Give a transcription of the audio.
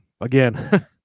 again